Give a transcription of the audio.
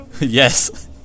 Yes